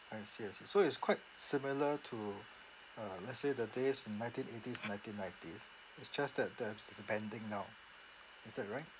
I see I see so it's quite similar to uh let's say the days in nineteen eighties nineteen nineties it's just that there's there's a banding now is that right